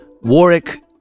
Warwick